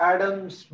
Adams